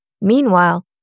Meanwhile